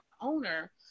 owner